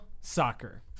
Soccer